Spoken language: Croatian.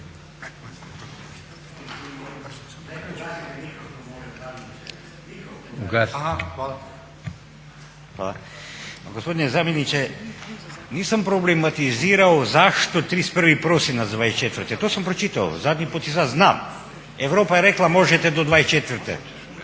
rada)** Poštovani zamjeniče nisam problematizirao zašto 31. prosinac 2024., to sam pročitao zadnji put i sad znam, Europa je rekla možete do 2024.,